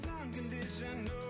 unconditional